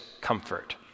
comfort